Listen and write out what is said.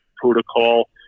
protocol